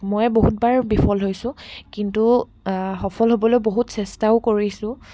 মই বহুতবাৰ বিফল হৈছোঁ কিন্তু সফল হ'বলৈ বহুত চেষ্টাও কৰিছোঁ